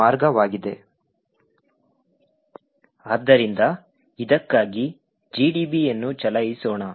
ಆದ್ದರಿಂದ ಇದಕ್ಕಾಗಿ GDB ಯನ್ನು ಚಲಾಯಿಸೋಣ